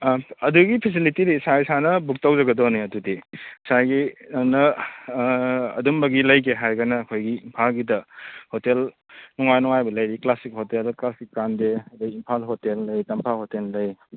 ꯑꯗꯒꯤ ꯐꯦꯁꯤꯂꯤꯇꯤꯗꯤ ꯏꯁꯥ ꯏꯁꯥꯅ ꯕꯨꯛ ꯇꯧꯖꯒꯗꯧꯅꯦ ꯑꯗꯨꯗꯤ ꯉꯁꯥꯏꯒꯤ ꯅꯪꯅ ꯑꯗꯨꯝꯕꯒꯤ ꯂꯩꯒꯦ ꯍꯥꯏꯔꯒꯅ ꯑꯩꯈꯣꯏꯒꯤ ꯏꯝꯐꯥꯜꯒꯤꯗ ꯍꯣꯇꯦꯜ ꯅꯨꯡꯉꯥꯏ ꯅꯨꯡꯉꯥꯏꯕ ꯂꯩꯔꯤ ꯀ꯭ꯂꯥꯁꯤꯛ ꯍꯣꯇꯦꯜꯗ ꯀ꯭ꯂꯥꯁꯤꯛ ꯒ꯭ꯔꯥꯟꯗꯦ ꯑꯗꯒꯤ ꯏꯝꯐꯥꯜ ꯍꯣꯇꯦꯜ ꯂꯩ ꯇꯝꯐꯥ ꯍꯣꯇꯦꯜ ꯂꯩ